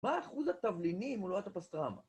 מה אחוז התבלינים ולא את הפסטרמה?